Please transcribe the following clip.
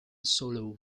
solo